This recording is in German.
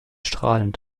strahlend